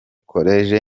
college